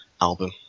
album